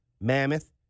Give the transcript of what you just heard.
Mammoth